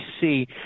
see